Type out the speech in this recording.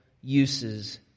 uses